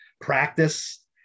practice